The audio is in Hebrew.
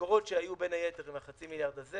המקורות שהיו, בין היתר, הם חצי המיליארד הזה